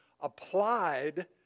applied